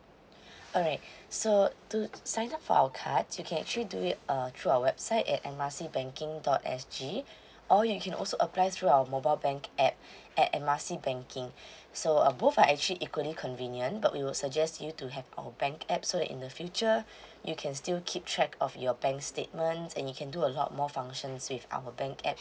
alright so to sign up for our card you can actually do it uh through our website at M R C banking dot S_G or you can also apply through our mobile banking app at M R C banking so uh both are actually equally convenient but we will suggest you to have our bank app so that in the future you can still keep track of your bank statement and you can do a lot of more functions with our bank app